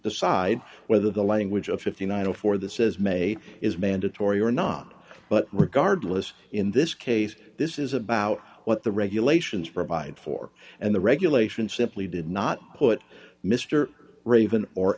decide whether the language of fifty nine dollars for the says made is mandatory or not but regardless in this case this is about what the regulations provide for and the regulation simply did not put mr raven or